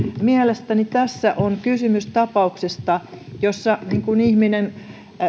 mielestäni tässä on kysymys tapauksesta jossa ihminen